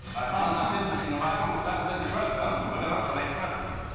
by far the most interesting arrival was that of mrs. roosevelt, widow of the late president.